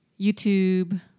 YouTube